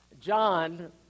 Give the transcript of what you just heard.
John